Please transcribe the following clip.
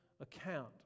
account